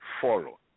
follow